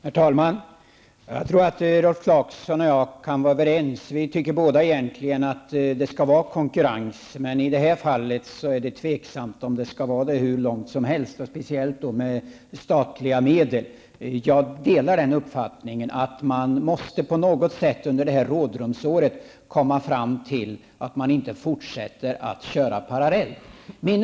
Herr talman! Jag tror att Rolf Clarkson och jag kan vara överens. Vi tycker egentligen båda att det skall vara konkurrens, men i det här fallet är det tveksamt om man skall gå hur långt som helst, speciellt med statliga medel. Jag delar uppfattningen att man på något sätt under det här rådrumsåret måste komma fram till att man inte fortsätter att köra parallellt.